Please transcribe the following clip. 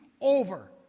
over